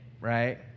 right